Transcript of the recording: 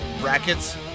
brackets